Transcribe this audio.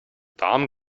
warmen